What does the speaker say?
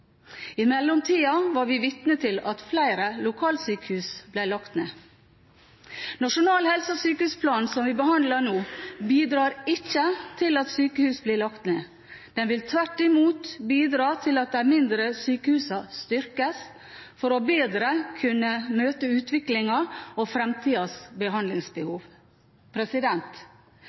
I mellomtiden var vi vitne til at flere lokalsykehus ble lagt ned. Nasjonal helse- og sykehusplan, som vi behandler nå, bidrar ikke til at sykehus blir lagt ned. Den vil tvert imot bidra til at de mindre sykehusene styrkes, for bedre å kunne møte utviklingen og fremtidens behandlingsbehov.